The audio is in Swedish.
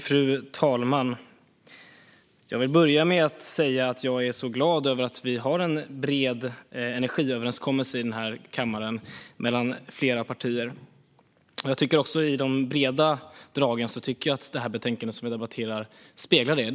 Fru talman! Jag vill börja med att säga att jag är glad över att vi i den här kammaren har en bred energiöverenskommelse mellan flera partier. Jag tycker också att de breda dragen i det betänkande vi nu debatterar speglar detta.